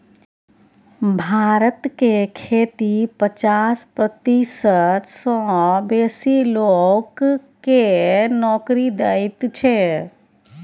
भारत के खेती पचास प्रतिशत सँ बेसी लोक केँ नोकरी दैत छै